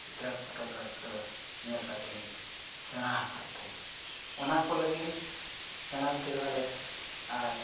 ᱪᱤᱛᱟᱹᱨ ᱫᱚ ᱧᱮᱞ ᱠᱟᱛᱮᱫ ᱞᱤᱧ ᱥᱮᱬᱟ ᱟᱠᱟᱫ ᱛᱟᱦᱮᱱ ᱚᱱᱟᱠᱚ ᱞᱟᱹᱜᱤᱫ ᱥᱮᱬᱟᱛᱮ ᱵᱟᱨᱮ ᱟᱨ